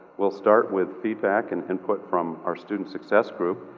we'll start with feedback and input from our student success group.